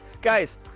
guys